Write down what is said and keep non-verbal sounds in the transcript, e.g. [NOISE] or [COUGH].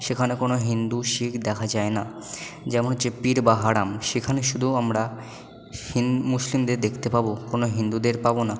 সেখানে কোনো হিন্দু শিখ দেখা যায় না যেমন হচ্ছে [UNINTELLIGIBLE] সেখানে শুধু আমরা [UNINTELLIGIBLE] মুসলিমদের দেখতে পাবো কোনো হিন্দুদের পাবো না